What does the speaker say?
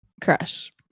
crush